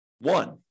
one